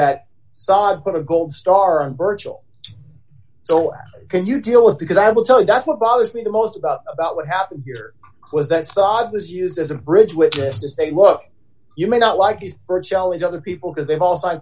that saw it put a gold star on virtual so i can you deal with because i will tell you that's what bothers me the most about about what happened here was that saddam is used as a bridge witness to say what you may not like is for a challenge other people because they